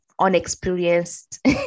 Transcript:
unexperienced